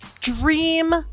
dream